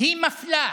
הן מפלות.